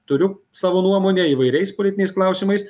turiu savo nuomonę įvairiais politiniais klausimais